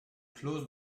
clause